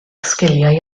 sgiliau